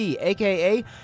aka